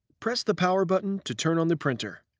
press the power button to turn on the printer.